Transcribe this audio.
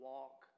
Walk